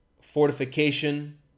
fortification